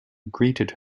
greeted